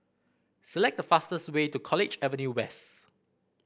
select the fastest way to College Avenue West